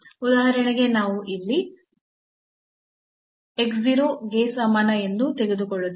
ಉದಾಹರಣೆಗೆ ನಾವು ಇಲ್ಲಿ x 0 ಗೆ ಸಮಾನ ಎಂದು ತೆಗೆದುಕೊಳ್ಳುತ್ತೇವೆ